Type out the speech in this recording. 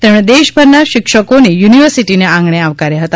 તેમણે દેશભરના શિક્ષકોને યુનિવર્સિટીને આંગણે આવકાર્યા હતા